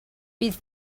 bydd